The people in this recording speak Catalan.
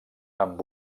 amb